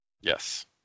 Yes